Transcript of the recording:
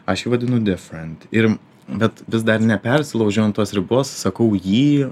aš jį vadinu deafriend ir bet vis dar nepersilaužiu ant tos ribos sakau jį